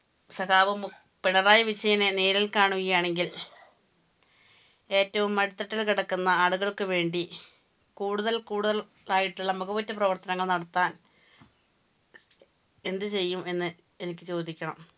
സഖാവ് പിണറായി വിജയനേ നേരിൽക്കാണുകയാണെങ്കിൽ ഏറ്റവും അടിത്തട്ടിൽ കിടക്കുന്ന ആളുകൾക്ക് വേണ്ടി കൂടുതൽ കൂടുതൽ ആയിട്ടുള്ള മികവുറ്റ പ്രവർത്തനങ്ങൾ നടത്താൻ എന്ത് ചെയ്യും എന്ന് എനിക്ക് ചോദിക്കണം